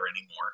anymore